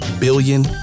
billion